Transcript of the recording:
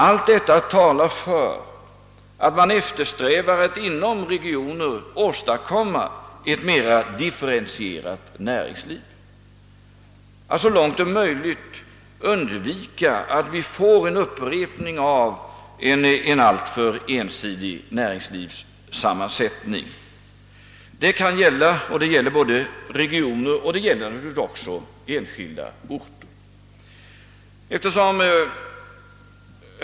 Allt detta talar för att vi bör eftersträva att inom regionen åstadkomma ett mera differentierat näringsliv och så långt som möjligt undvika en alltför ensidig näringslivssammansättning. Detta gäller både regioner och enskilda orter.